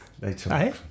later